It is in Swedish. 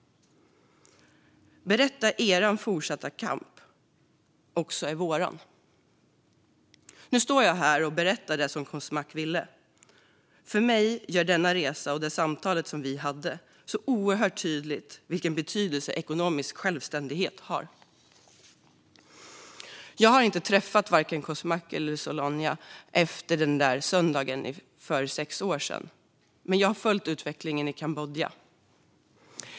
Berätta om att er fortsatta kamp också är vår! Nu står jag här och berättar det som Kosmak ville. För mig gör denna resa och det samtal som vi hade det så oerhört tydligt vilken betydelse ekonomisk självständighet har. Jag har inte träffat vare sig Kosmak eller Solyna efter den där söndagen för sex år sedan, men jag har följt utvecklingen i Kambodja.